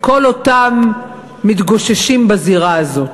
כל אותם מתגוששים בזירה הזאת.